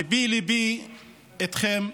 ליבי איתכן.